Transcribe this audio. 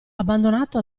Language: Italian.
abbandonato